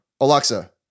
Alexa